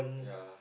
ya